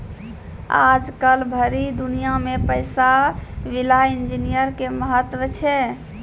आजकल भरी दुनिया मे पैसा विला इन्जीनियर के महत्व छै